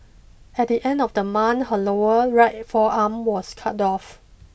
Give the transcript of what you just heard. at the end of the month her lower right forearm was cut off